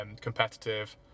competitive